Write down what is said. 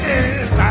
Yes